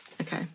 Okay